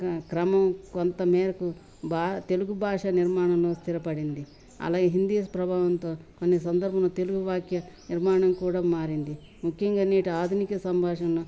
క్రమం కొంత మేరకు భా తెలుగు భాష నిర్మాణంలో స్థిరపడింది అలాగే హిందీ ప్రభావంతో కొన్ని సందర్భంలో తెలుగు వాక్య నిర్మాణం కూడా మారింది ముఖ్యంగా నేటి ఆధునిక సంభాషణను